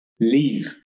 leave